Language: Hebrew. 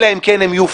אלא אם כן הם יופרכו,